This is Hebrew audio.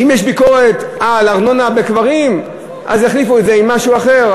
ואם יש ביקורת על ארנונה בקברים אז יחליפו את זה עם משהו אחר,